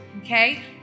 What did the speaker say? okay